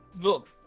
look